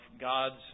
God's